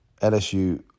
LSU